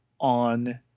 on